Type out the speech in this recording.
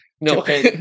no